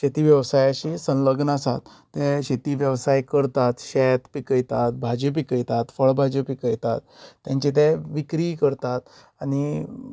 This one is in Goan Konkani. शेती वेवसायाशी संलग्न आसात ते शेती वेवसाय करतात शेत पिकयतात भाजी पिकयतात फळभाज्यो पिकयतात तेंचे ते विक्री करतात आनी